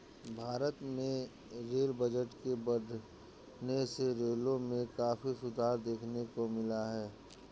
भारत में rail budget के बढ़ने से रेलों में काफी सुधार देखने को मिला है